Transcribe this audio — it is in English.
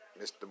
Mr